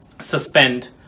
suspend